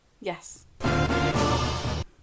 yes